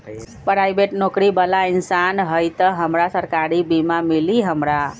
Private नौकरी बाला इंसान हई त हमरा सरकारी बीमा मिली हमरा?